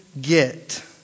get